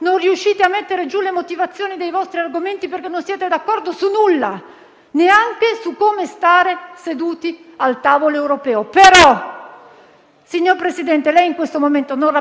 Signor presidente Conte, lei in questo momento non rappresenta però solo la sua maggioranza, ma rappresenta gli italiani e un'Italia ferita, che ogni giorno, con sofferenza, sacrificio, coraggio e responsabilità